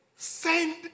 Send